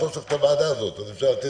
אז לא צריך את הוועדה הזאת ואפשר לתת